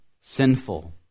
sinful